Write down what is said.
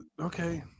okay